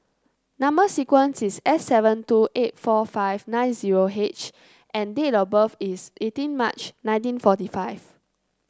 number sequence is S seven two eight four five nine zero H and date of birth is eighteen March nineteen forty five